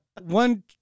One